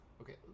Okay